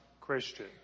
Christian